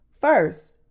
First